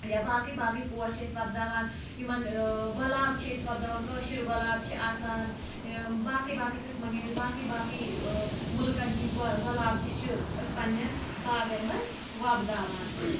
یا باقٕے باقٕے پوش چھِ أسۍ وۄبداوان یِمَن گۄلاب چھِ أسۍ وۄبداوان کٲشرۍ گۄلاب چھِ آسان باقٕے باقٕے قٕسمَن ہٕنٛد باقٕے باقٕے مُلکَن ہٕنٛد گۄلاب تہِ چھِ أسۍ پَننٮ۪ن باغَن مَنٛز وۄبداوان